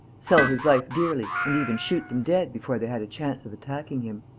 sell his life dearly and even shoot them dead before they had a chance of attacking him.